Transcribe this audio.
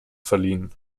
verliehen